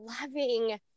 loving